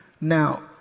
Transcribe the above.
Now